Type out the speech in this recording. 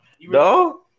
No